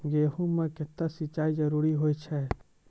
गेहूँ म केतना सिंचाई जरूरी होय छै?